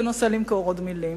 תנסה למכור עוד מלים.